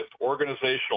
organizational